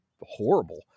horrible